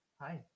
Hi